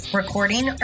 recording